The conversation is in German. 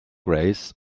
grace